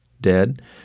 dead